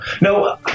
No